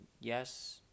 yes